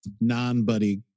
non-buddy